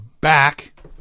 back